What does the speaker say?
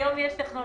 היום יש טכנולוגיה,